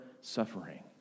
suffering